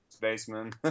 baseman